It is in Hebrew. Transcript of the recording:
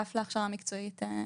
האגף להכשרה מקצועית,